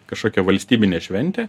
kažkokia valstybinė šventė